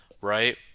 right